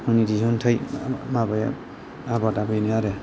आंनि दिहुनथाय माबाया आबादा बेनो आरो